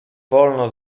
wolno